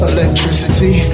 Electricity